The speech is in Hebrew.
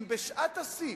אם בשעת השיא,